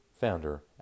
founder